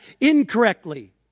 incorrectly